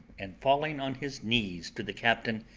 and falling on his knees to the captain,